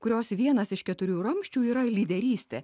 kurios vienas iš keturių ramsčių yra lyderystė